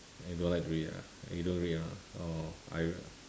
you don't like to read ah you don't read lah orh I